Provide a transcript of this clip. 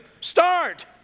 Start